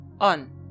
on